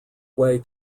way